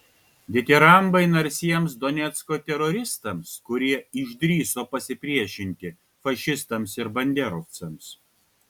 ditirambai narsiems donecko teroristams kurie išdrįso pasipriešinti fašistams ir banderovcams